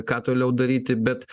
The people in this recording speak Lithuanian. ką toliau daryti bet